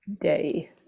day